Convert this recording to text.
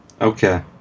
Okay